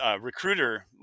recruiter